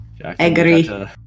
Agree